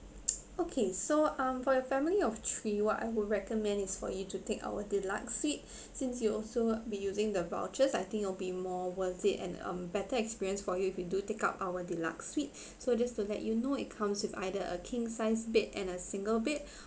okay so um for your family of three what I would recommend is for you to take our deluxe suite since you also be using the vouchers I think it'll be more worth it and um a better experience for you if you do take up our deluxe suite so just to let you know it comes with either a king sized bed and a single bed